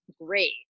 great